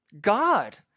God